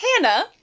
Hannah